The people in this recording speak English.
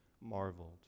marveled